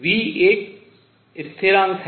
v एक स्थिरांक है